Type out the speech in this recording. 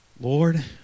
Lord